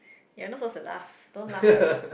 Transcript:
you are not suppose to laugh don't laugh already